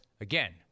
Again